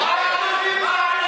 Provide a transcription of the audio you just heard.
מה עלה לך בראש?